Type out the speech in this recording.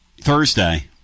Thursday